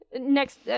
next